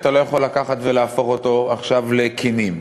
אתה לא יכול לקחת ולהפוך אותו עכשיו לכינים.